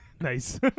Nice